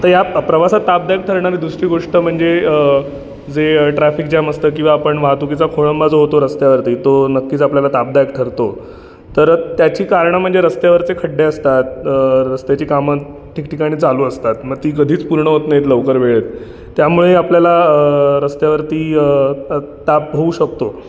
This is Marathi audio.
तर या प्रवासात तापदायक ठरणारी दुसरी गोष्ट म्हणजे जे ट्रॅफिक जॅम असतं किंवा आपण वाहतुकीचा खोळंबा जो होतो रस्त्यावरती तो नक्कीच आपल्याला तापदायक ठरतो तर त्याची कारणं म्हणजे रस्त्यावरचे खड्डे असतात रस्त्याची कामं ठिकठिकाणी चालू असतात मग ती कधीच पूर्ण होत नाहीत लवकर वेळेत त्यामुळे आपल्याला रस्त्यावरती ताप होऊ शकतो